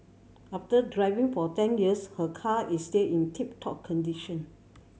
after driving for ten years her car is still in tip top condition